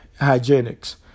hygienics